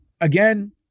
again